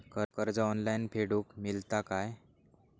कर्ज ऑनलाइन फेडूक मेलता काय?